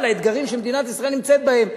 האתגרים שמדינת ישראל נמצאת בהם.